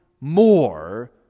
more